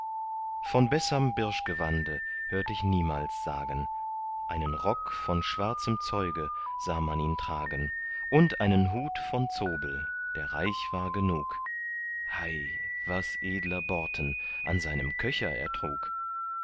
von besserm birschgewande hört ich niemals sagen einen rock von schwarzem zeuge sah man ihn tragen und einen hut von zobel der reich war genug hei was edler borten an seinem köcher er trug